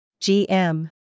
GM